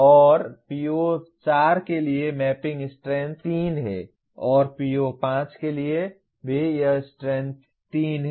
और PO4 के लिए मैपिंग स्ट्रेंथ 3 है और PO5 के लिए भी यह स्ट्रेंथ 3 है